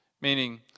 Meaning